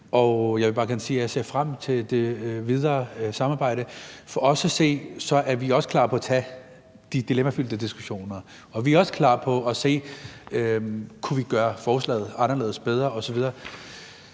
jeg ser frem til det videre samarbejde. For os at se er vi også klar på at tage de dilemmafyldte diskussioner, og vi er også klar på at se, om vi kunne gøre forslaget anderledes,